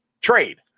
trade